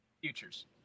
futures